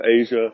Asia